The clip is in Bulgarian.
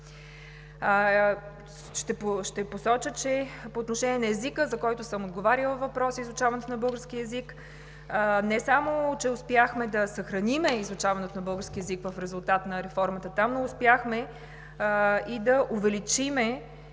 Ще посоча, че по отношение на езика, за който съм отговаряла на въпрос – изучаването на българския език, не само че успяхме да съхраним изучаването на българския език в резултат на реформата там, но успяхме и да увеличим